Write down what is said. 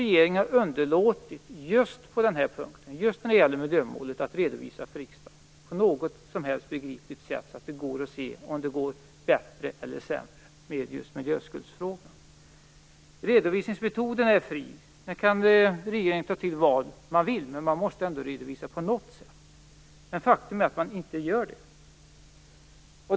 Regeringen har underlåtit att just när det gäller miljömålet göra en redovisning för riksdagen på något som helst begripligt sätt, så att det går att se om det går bättre eller sämre beträffande miljöskuldsfrågan. Redovisningsmetoden är fri. Regeringen kan göra på vilket sätt den vill. Men den måste göra en redovisning på något sätt. Men faktum är att den inte gör det.